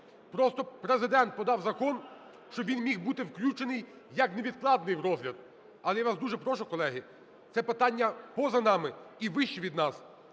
Просто Президент подав закон, щоб він міг бути включений як невідкладний в розгляд. Але я вас дуже прошу, колеги, це питання поза нами і вище від нас.